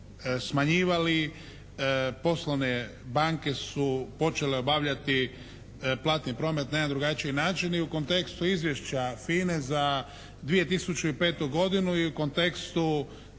smanjivali, poslovne banke su počele obavljati platni promet na jedan drugačiji način i u kontekstu izvješća FINA-e za 2005. godinu i u kontekstu